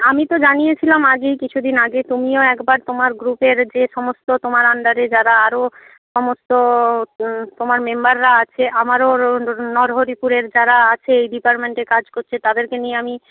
আমি তো জানিয়েছিলাম আগেই কিছু দিন আগে তুমিও একবার তোমার গ্রুপের যে সমস্ত তোমার আন্ডারে যারা আরও সমস্ত তোমার মেম্বাররা আছে আমারও নরহরিপুরের যারা আছে এই ডিপার্টমেন্টে কাজ করছে তাদেরকে নিয়ে আমি